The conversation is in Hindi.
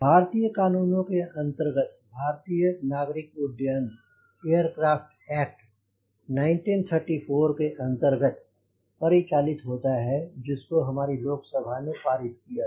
भारतीय कानूनों के अंतर्गत भारतीय नागरिक उड्डयन एयरक्राफ़्ट एक्ट 1934 के अंतर्गत परिचालित होता है जिसको हमारी लोकसभा ने पारित किया था